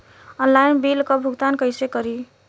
Online bill क भुगतान कईसे करी?